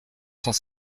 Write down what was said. cent